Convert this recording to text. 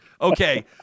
Okay